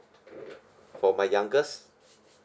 for my youngest